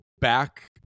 Back